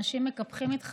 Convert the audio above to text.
אנשים מקפחים את חייהם,